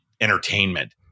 entertainment